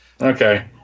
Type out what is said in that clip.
Okay